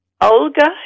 Olga